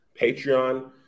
Patreon